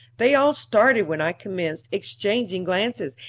they all started when i commenced, exchanging glances,